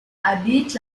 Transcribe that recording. habite